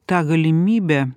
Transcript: tą galimybę